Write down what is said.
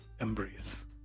embrace